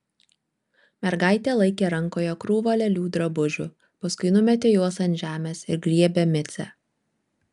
mergaitė laikė rankoje krūvą lėlių drabužių paskui numetė juos ant žemės ir griebė micę